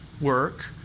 work